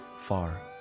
far